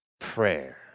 prayer